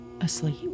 asleep